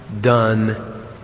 done